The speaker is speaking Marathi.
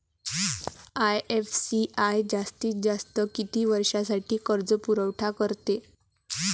आय.एफ.सी.आय जास्तीत जास्त किती वर्षासाठी कर्जपुरवठा करते?